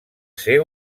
ser